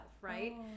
Right